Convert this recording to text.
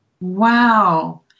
Wow